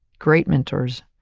great mentors,